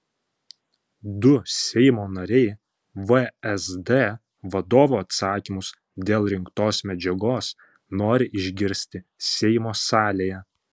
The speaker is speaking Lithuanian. du seimo nariai vsd vadovo atsakymus dėl rinktos medžiagos nori išgirsti seimo salėje